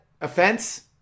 offense